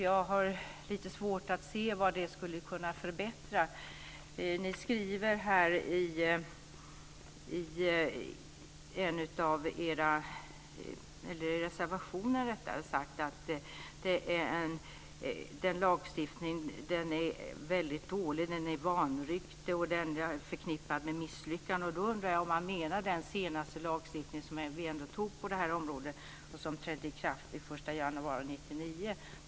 Jag har lite svårt att se vad det skulle kunna förbättra. Ni skriver i reservationen att lagstiftningen är dålig, att den är i vanrykte och att den är förknippad med misslyckanden. Jag undrar om ni menar den senaste lagstiftningen som antogs på området och trädde i kraft den 1 januari 1999.